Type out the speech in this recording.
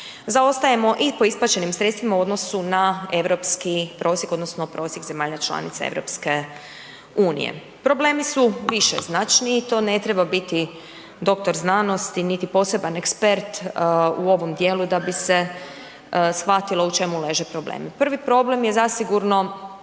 Zaostajemo i po isplaćenim sredstvima u odnosu na europski prosjek odnosno prosjek zemalja članica EU-a. Problemi su višeznačni i to ne treba biti doktor znanosti niti poseban ekspert u ovom djelu da bi se shvatilo u čemu leže problemi. Prvi problem je zasigurno